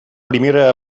primera